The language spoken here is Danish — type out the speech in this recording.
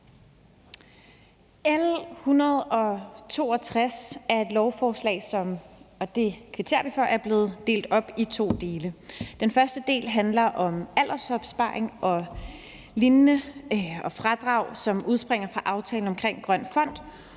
kvitterer vi for – er blevet delt op i to dele. Den første del handler om aldersopsparing og lignende og fradrag, som udspringer af aftalen om en grøn fond,